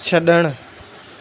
छड॒णु